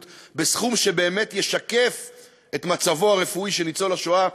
בסכום שבאמת ישקף את מצבו הרפואי של ניצול השואה,